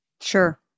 Sure